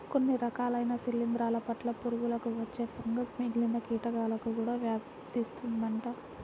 కొన్ని రకాలైన శిలీందరాల పట్టు పురుగులకు వచ్చే ఫంగస్ మిగిలిన కీటకాలకు కూడా వ్యాపిస్తుందంట